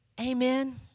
Amen